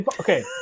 Okay